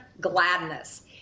gladness